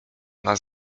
nas